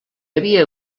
havia